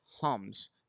hums